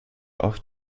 auch